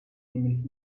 nämlich